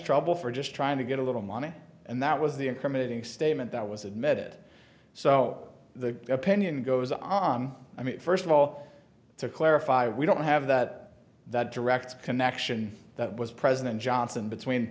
trouble for just trying to get a little money and that was the incriminating statement that was admitted so the opinion goes on i mean first of all to clarify we don't have that that direct connection that was president johnson between